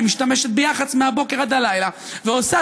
היא משתמשת ביח"צ מהבוקר עד הלילה ועושה